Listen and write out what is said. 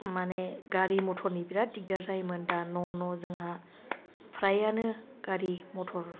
माने गारि मथरनि बिराद दिगदार जायोमोन दा न' न' जोंहा फ्रायानो गारि मथर